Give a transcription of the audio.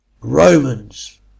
Romans